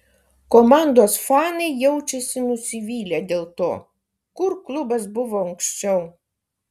komandos fanai jaučiasi nusivylę dėl to kur klubas buvo anksčiau